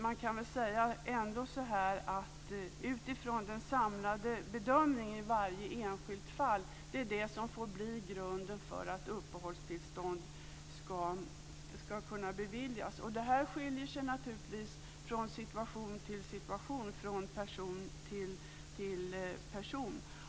Man kan väl ändå säga att den samlade bedömningen i varje enskilt fall får bli grunden för att uppehållstillstånd ska kunna beviljas. Här skiljer det sig naturligtvis från situation till situation och från person till person.